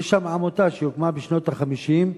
יש שם עמותה שהוקמה בשנות ה-50,